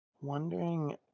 wondering